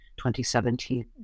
2017